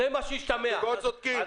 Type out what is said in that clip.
הזוגות צודקים.